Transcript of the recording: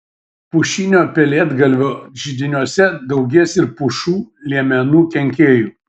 pušinio pelėdgalvio židiniuose daugės ir pušų liemenų kenkėjų